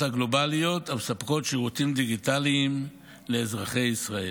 הגלובליות המספקות שירותים דיגיטליים לאזרחי ישראל.